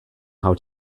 how